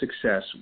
success